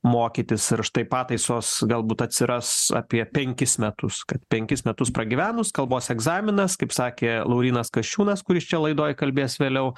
mokytis ir štai pataisos galbūt atsiras apie penkis metus kad penkis metus pragyvenus kalbos egzaminas kaip sakė laurynas kasčiūnas kuris čia laidoj kalbės vėliau